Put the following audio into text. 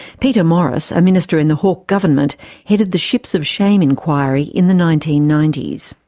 peter morris a minister in the hawke government headed the ships of shame inquiry in the nineteen ninety s.